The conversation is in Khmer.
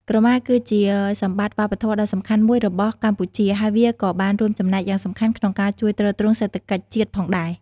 ក្រមាគឺជាសម្បត្តិវប្បធម៌ដ៏សំខាន់មួយរបស់កម្ពុជា ហើយវាក៏បានរួមចំណែកយ៉ាងសំខាន់ក្នុងការជួយទ្រទ្រង់សេដ្ឋកិច្ចជាតិផងដែរ។